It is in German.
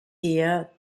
heer